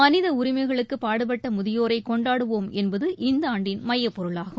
மனித உரிமைகளுக்கு பாடுபட்ட முதியோரை கொண்டாடுவோம் என்பது இந்த ஆண்டின் மையப்பொருளாகும்